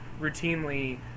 routinely